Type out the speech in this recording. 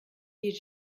les